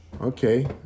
Okay